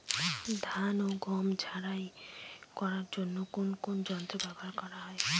ধান ও গম ঝারাই করার জন্য কোন কোন যন্ত্র ব্যাবহার করা হয়?